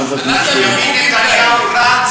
איזה חוקים אתם מעבירים